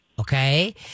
Okay